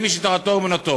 למי שתורתו אומנותו.